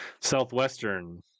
Southwestern